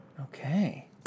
Okay